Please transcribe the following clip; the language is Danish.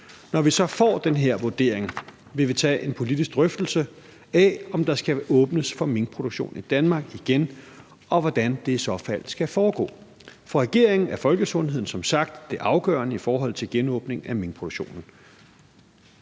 Når vi så får den her vurdering, vil vi tage en politisk drøftelse af, om der skal åbnes for minkproduktion i Danmark igen, og hvordan det i så fald skal foregå. For regeringen er folkesundheden som sagt det afgørende i forhold til genåbning af minkproduktionen.